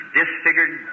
disfigured